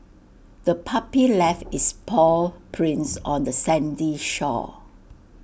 the puppy left its paw prints on the sandy shore